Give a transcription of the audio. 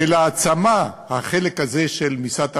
של העצמה, החלק הזה של משרד המדע,